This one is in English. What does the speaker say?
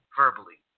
verbally